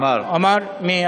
מי?